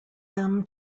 them